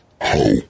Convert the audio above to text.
ho